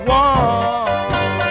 one